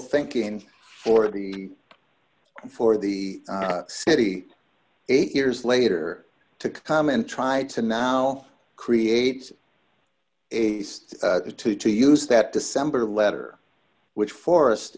thinking for the for the city eight years later to come and try to now create a to to use that december letter which forrest